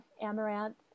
amaranth